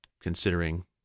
considering